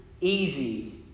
easy